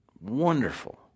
wonderful